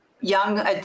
young